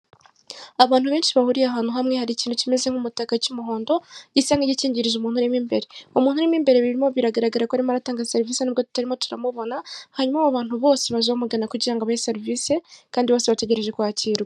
Abantu benshi bahuriye ahantu hamwe, hari ikintu kimeze nk'umutaka cy'umuhondo, gusa nk'igikingirije umuntu urimo imbere. Umuntu urimo imbere birimo biragaragara ko arimo aratanga serivise n'ubwo tutarimo turamubona, hanyuma aba bantu bose baje bamugana ngo abahe serivise kandi bose bategereje kwakirwa.